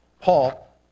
Paul